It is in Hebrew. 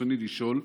רצוני לשאול: